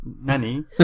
Nani